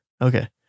okay